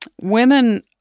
women